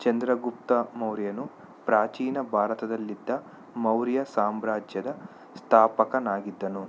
ಚಂದ್ರಗುಪ್ತ ಮೌರ್ಯನು ಪ್ರಾಚೀನ ಭಾರತದಲ್ಲಿದ್ದ ಮೌರ್ಯ ಸಾಮ್ರಾಜ್ಯದ ಸ್ಥಾಪಕನಾಗಿದ್ದನು